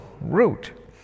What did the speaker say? root